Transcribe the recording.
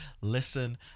listen